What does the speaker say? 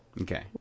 Okay